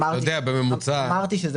אתה יודע, בממוצע --- אמרתי שזה